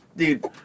Dude